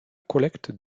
collecte